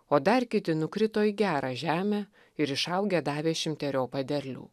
o dar kiti nukrito į gerą žemę ir išaugę davė šimteriopą derlių